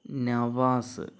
Nawaz